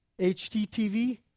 HDTV